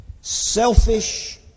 selfish